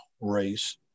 race